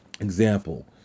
example